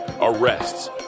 arrests